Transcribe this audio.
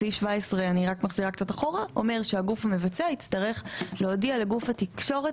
אני רק מחזירה קצת אחורה שהגוף המבצע יצטרך להודיע לגוף התקשורת